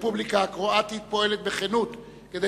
הרפובליקה הקרואטית פועלת בכנות כדי